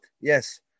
yes